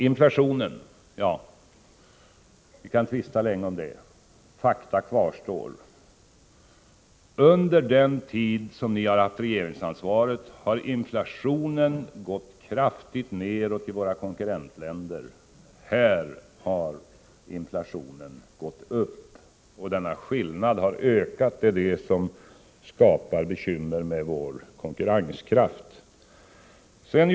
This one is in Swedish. Inflationen kan vi tvista länge om, men faktum kvarstår: under den tid som ni hade regeringsansvaret har inflationen gått kraftigt neråt i våra konkurrentländer, medan den har gått upp här, och denna skillnad har ökat — det är vad som skapar bekymren med vår konkurrenskraft.